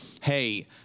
hey